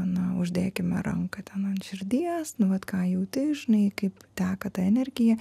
na uždėkime ranką ten ant širdies nu vat ką jauti žinai kaip teka ta energija